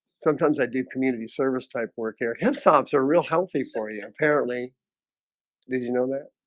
sometimes i do community service type work here. his sobs are real healthy for you apparently did you know that?